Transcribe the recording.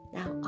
Now